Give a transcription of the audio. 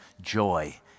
joy